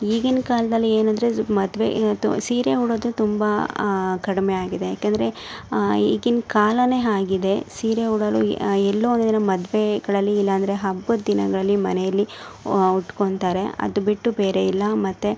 ಈಗಿನ್ ಕಾಲದಲ್ಲಿ ಏನಂದರೆ ಮದುವೆ ತು ಸೀರೆ ಉಡೋದೆ ತುಂಬ ಕಡಿಮೆಯಾಗಿದೆ ಯಾಕೆಂದರೆ ಈಗಿನ್ ಕಾಲ ಹಾಗಿದೆ ಸೀರೆ ಉಡಲು ಎಲ್ಲೋ ಒಂದು ದಿನ ಮದುವೆಗಳಲ್ಲಿ ಇಲ್ಲಾಂದ್ರೆ ಹಬ್ಬದ ದಿನಗಳಲ್ಲಿ ಮನೆಯಲ್ಲಿ ಉಟ್ಕೊತಾರೆ ಅದು ಬಿಟ್ಟು ಬೇರೆ ಇಲ್ಲ ಮತ್ತು